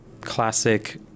classic